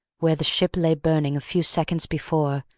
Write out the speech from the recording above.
where the ship lay burning a few seconds before,